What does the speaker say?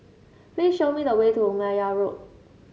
please show me the way to Meyer Road